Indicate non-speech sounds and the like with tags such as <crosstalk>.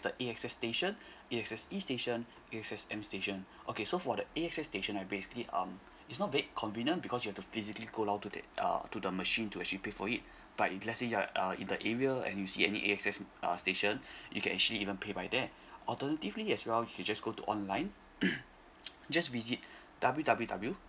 the A_X_S station A_X_S e station A_X_S m station okay so for the A_X_S station I basically um it's not that convenient because you have to physically go down to the uh to the machine to actually pay for it but if let's say you are uh in the area and you see any A_X_S uh station you can actually even pay by there alternatively as well you just go to online <noise> just visit w w w